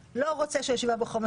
ברגע שאנחנו עושים חברה צודקת יותר,